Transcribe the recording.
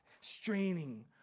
straining